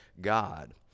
God